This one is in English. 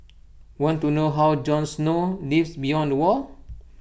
want to know how Jon snow lives beyond the wall